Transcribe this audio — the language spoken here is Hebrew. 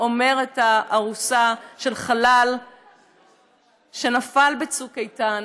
אומרת הארוסה של חלל שנפל בצוק איתן,